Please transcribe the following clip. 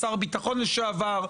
שר ביטחון לשעבר,